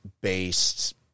based